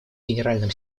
генеральным